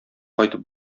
кайтып